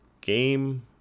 game